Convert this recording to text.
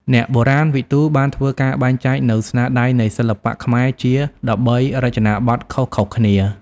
អ្នកបុរាណវិទូ បានធ្វើការបែងចែកនូវស្នាដៃនៃសិល្បៈខ្មែរជា ១៣ រចនាបថខុសៗគ្នា។